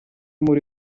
muri